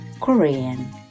Korean